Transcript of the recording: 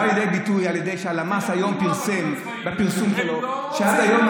זה בא לידי ביטוי בזה שהלמ"ס היום פרסם שעד היום